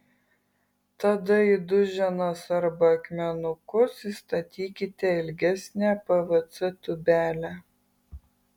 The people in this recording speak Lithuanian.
tada į duženas arba akmenukus įstatykite ilgesnę pvc tūbelę